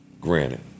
Granted